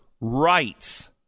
rights